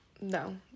No